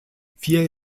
vier